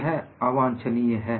यह अवांछनीय है